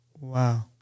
Wow